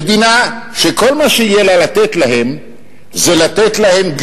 מדינה שכל מה שיהיה לה לתת להם זה גלימה